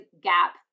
gap